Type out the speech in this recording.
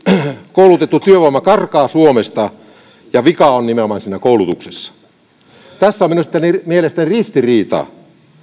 koulutettu työvoima karkaa suomesta ja vika on nimenomaan siinä koulutuksessa tässä on mielestäni ristiriita